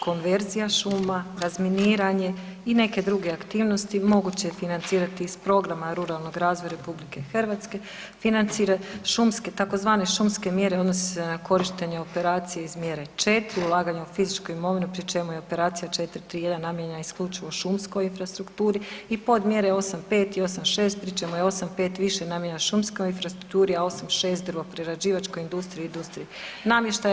Konverzija šuma, razminiranje i neke druge aktivnosti moguće je financirati iz programa ruralnog razvoja RH, financira šumske, tzv. šumske mjere odnose se na korištenje operacije iz mjere …/nerazumljivo/… ulaganje u fizičku imovinu pri čemu je operacija 431 namijenjena isključivo šumskoj infrastrukturi i podmjere 85 i 86 pri čemu je 85 više namijenjena šumskoj infrastrukturi, a 86 dvoprerađivačkoj industriji i industriji namještaja.